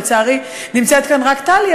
לצערי נמצאת כאן רק טלי,